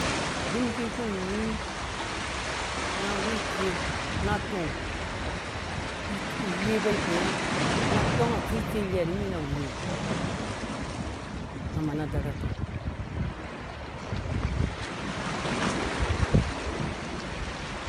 Ubui mum ki wheng inii nga nggu iker nga tɔng irhe ba idɛɛ nga tɔng atsu itsi rheha niminɛ wu na mana dɔrha tɔng.